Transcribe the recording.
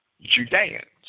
Judeans